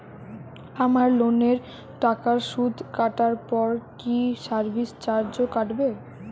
আমার লোনের টাকার সুদ কাটারপর কি সার্ভিস চার্জও কাটবে?